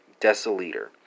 deciliter